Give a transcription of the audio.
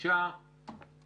5 לא אושרה.